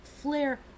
Flare